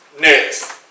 next